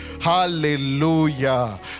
Hallelujah